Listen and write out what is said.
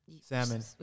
Salmon